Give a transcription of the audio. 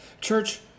Church